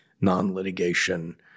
non-litigation